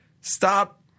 stop